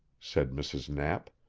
said mrs. knapp.